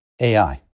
AI